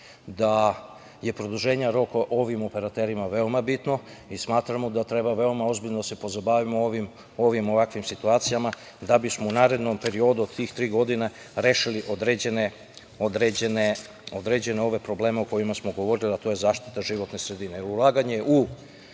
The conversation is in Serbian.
da je produženje rokova ovim operaterima veoma bitno i smatramo da treba veoma ozbiljno da se pozabavimo ovim ovakvim situacijama, da bismo u narednom periodu od tih tri godine rešili određene probleme o kojima smo govorili a to je zaštita životne sredine. Ulaganje